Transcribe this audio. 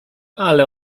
ale